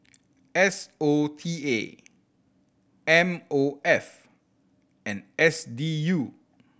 S O T A M O F and S D U